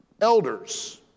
elders